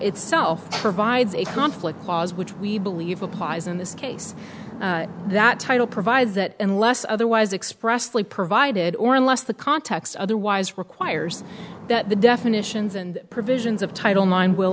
itself provides a conflict clause which we believe applies in this case that title provides that unless otherwise expressly provided or unless the context otherwise requires that the definitions and provisions of title min